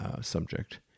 subject